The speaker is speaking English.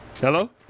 Hello